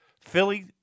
Philly